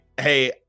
hey